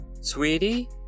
Sweetie